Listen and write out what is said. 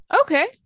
Okay